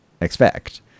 expect